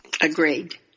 Agreed